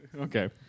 Okay